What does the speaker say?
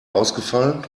ausgefallen